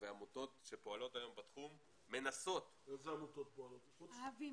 ועמותות שפועלות היום בתחום מנסות --- איזה עמותות פועלות בתחום?